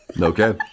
Okay